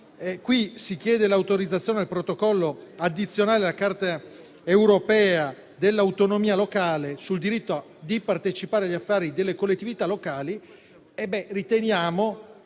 332, si chiede l'adesione al Protocollo addizionale alla Carta europea dell'autonomia locale sul diritto di partecipare agli affari delle collettività locali. Il Gruppo